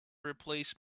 replace